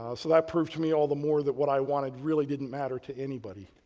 ah so that proved me all the more that what i wanted really didn't matter to anybody.